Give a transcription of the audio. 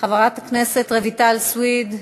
חברת הכנסת רויטל סויד,